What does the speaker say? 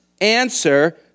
answer